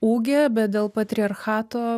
ūgė bet dėl patriarchato